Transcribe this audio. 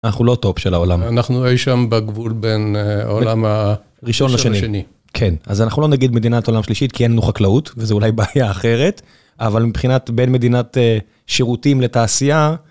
אנחנו לא טופ של העולם. אנחנו אי שם שם בגבול בין העולם הראשון לשני. כן, אז אנחנו לא נגיד מדינת עולם שלישית, כי אין לנו חקלאות, וזו אולי בעיה אחרת, אבל מבחינת בין מדינת שירותים לתעשייה...